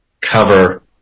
cover